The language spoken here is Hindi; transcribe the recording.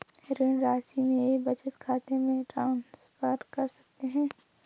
ऋण राशि मेरे बचत खाते में ट्रांसफर कर सकते हैं?